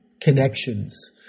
connections